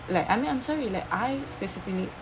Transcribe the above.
lap I mean I'm so relax I specifically